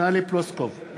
טלי פלוסקוב,